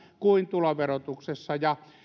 kuin tuloverotuksessa ja